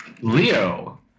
Leo